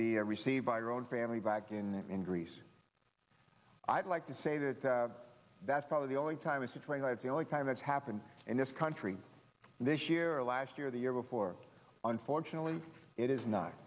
be received by your own family back in in greece i'd like to say that that's probably the only time it's a train and it's the only time that's happened in this country this year or last year the year before unfortunately it is not